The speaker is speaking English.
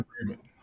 agreement